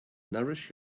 nourish